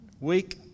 week